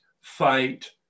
fight